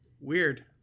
Weird